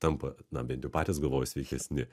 tampa na bent jau patys galvoja sveikesni